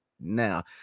now